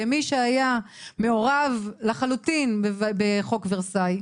וכמי שהיה מעורב לחלוטין בחוק ורסאי.